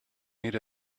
meet